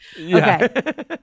Okay